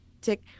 tick